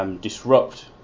Disrupt